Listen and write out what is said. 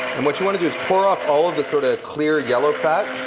and what you want to do is pour off all of this sort of clear yellow fat.